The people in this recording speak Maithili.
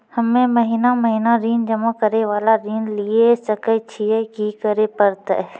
हम्मे महीना महीना ऋण जमा करे वाला ऋण लिये सकय छियै, की करे परतै?